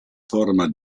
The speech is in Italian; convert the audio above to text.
forma